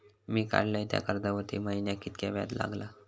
मी काडलय त्या कर्जावरती महिन्याक कीतक्या व्याज लागला?